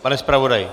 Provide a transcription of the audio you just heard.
Pane zpravodaji.